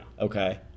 Okay